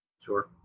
Sure